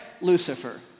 Lucifer